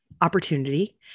opportunity